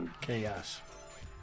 chaos